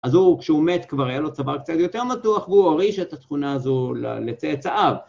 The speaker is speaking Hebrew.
אז הוא, כשהוא מת כבר היה לו צוואר קצת יותר מתוח, והוא הוריש את התכונה הזו לצאצאיו.